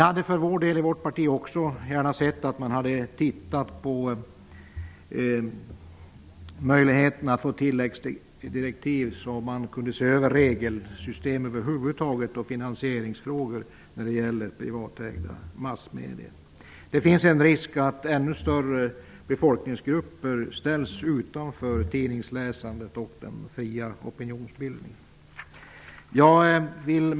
I vårt parti hade vi också gärna sett att man hade undersökt möjligheterna att få tilläggsdirektiv om att regelsystem och finansieringfrågor när det gäller privatägda massmedier skall ses över. Det finns risk för att ännu fler befolkningsgrupper ställs utanför tidningsläsandet och den fria opinionsbildningen. Fru talman!